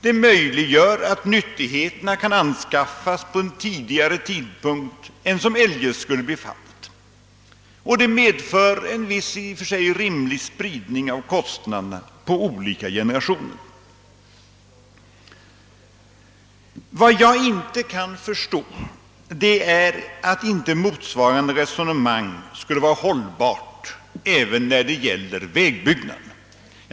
Det möjliggör att nyttigheterna anskaffas vid en tidigare tidpunkt än eljest, och det medför en rimlig spridning av kostnaderna på olika generationer. Vad jag inte kan förstå är att inte motsvarande resonemang skulle vara hållbart även när det gäller vägbyggen.